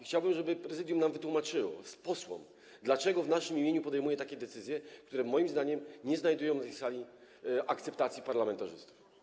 Chciałbym, żeby Prezydium nam, posłom, wytłumaczyło, dlaczego w naszym imieniu podejmuje takie decyzje, które moim zdaniem nie znajdują na tej sali akceptacji parlamentarzystów.